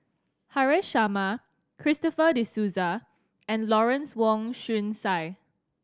Haresh Sharma Christopher De Souza and Lawrence Wong Shyun Tsai